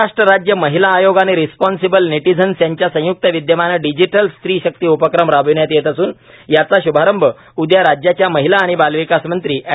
महाराष्ट्र राज्य महिला आयोग आणि रिस्पॉन्सिबल नेटिझम यांच्या संयुक्त विद्यमाने डिजिटल स्त्री शक्ती उपक्रम राबविण्यात येत असून याचा शुभारंभ उदया राज्याच्या महिला आणि बालविकास मंत्री अँड